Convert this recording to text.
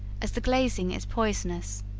as the glazing is poisonous.